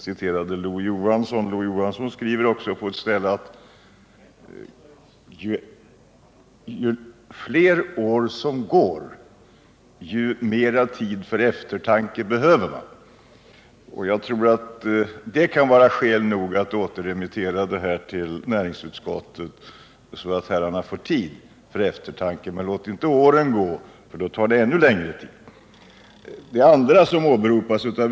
Sven Andersson citerade Lo-Johansson, som på ett ställe skriver att ju fler år som går, desto mer tid för eftertanke behöver man. Jag tror att det kan vara skäl nog att återremittera detta ärende till näringsutskottet, så att herrarna får tid för eftertanke. Men låt inte åren gå, för då tar det ännu längre tid.